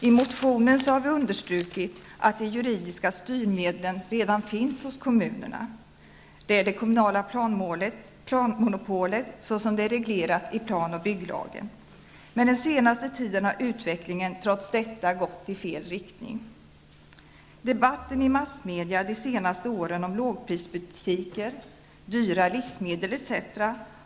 I motionen har vi understrukit att de juridiska styrmedlen redan finns hos kommunerna -- det kommunala planmonopolet såsom det är reglerat i plan och bygglagen -- men den senaste tiden har utvecklingen trots detta gått i fel riktning. Debatten i massmedia de senaste åren om lågprisbutiker, dyra livsmedel etc.